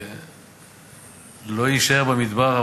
לא, חוץ מהצדיקים.